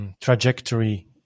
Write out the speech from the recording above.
trajectory